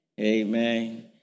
Amen